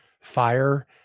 fire